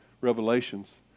Revelations